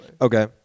Okay